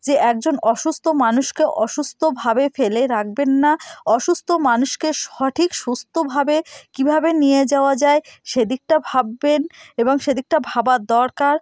যে একজন অসুস্থ মানুষকে অসুস্থভাবে ফেলে রাখবেন না অসুস্থ মানুষকে সঠিক সুস্থভাবে কীভাবে নিয়ে যাওয়া যায় সেদিকটা ভাববেন এবং সেদিকটা ভাবা দরকার